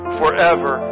forever